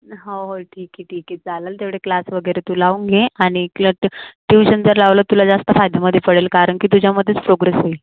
हो ठीक आहे ठीक आहे चालेल तेवढे क्लास वगैरे तू लावून घे आणि क्लास ट्युशन जर लावलं तुला जास्त फायद्यामध्ये पडेल कारण की तुझ्यामध्येच प्रोग्रेस होईल